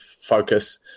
focus